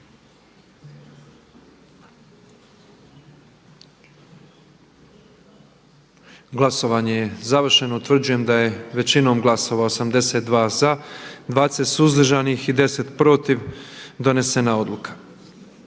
Glasovanje je završeno. Utvrđujem da je većinom glasova, 88 glasova za, 7 suzdržanih i 11 protiv donijeta odluka